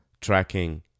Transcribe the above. tracking